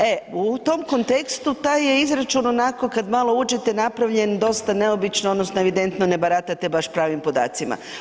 E, u tom kontekstu taj je izračun onako kad malo uđete, napravljen dosta neobično, odnosno evidentno ne baratate baš pravim podacima.